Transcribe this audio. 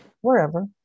wherever